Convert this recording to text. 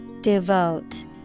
Devote